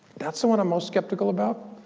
that's the one i'm most skeptical about.